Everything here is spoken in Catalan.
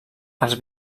els